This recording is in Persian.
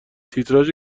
تیتراژ